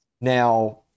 Now